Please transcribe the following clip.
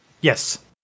Yes